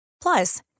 Plus